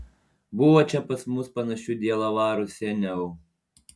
buvo čia pas mus panašių dielavarų seniau